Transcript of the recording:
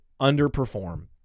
underperform